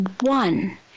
one